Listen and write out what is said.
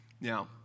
Now